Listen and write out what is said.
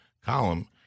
column